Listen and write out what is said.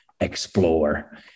explore